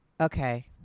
Okay